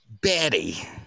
Betty